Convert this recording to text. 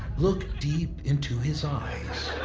look deep into his eyes.